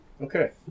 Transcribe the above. okay